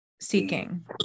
seeking